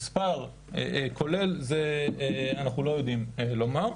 מספר כולל, אנחנו לא יודעים לומר.